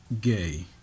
gay